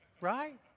right